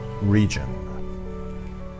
region